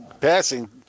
passing